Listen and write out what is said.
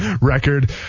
record